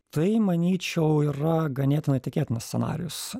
tai manyčiau yra ganėtinai tikėtinas scenarijus